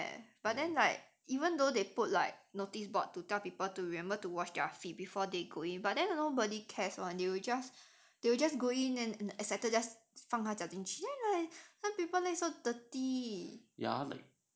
have but then like even though they put like notice board to tell people to remember to wash their feet before they go in but then nobody cares or they'll just they will just go in and excited just 放他交进去 then like some people leg so dirty